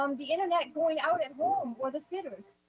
um the internet going out at home or the sitters.